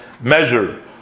measure